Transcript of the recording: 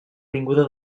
vinguda